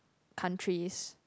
countries